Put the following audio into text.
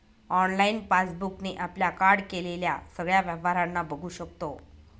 online passbook ने आपल्या card केलेल्या सगळ्या व्यवहारांना बघू शकतो